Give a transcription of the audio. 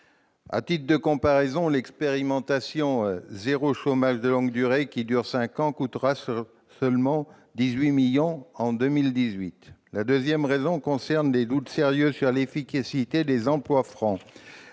À titre de comparaison, l'expérimentation « Zéro chômage de longue durée », d'une durée de cinq ans, coûtera seulement 18 millions d'euros en 2018. La deuxième raison concerne les doutes sérieux sur l'efficacité des emplois francs.